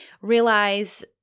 realize